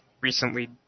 recently